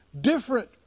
Different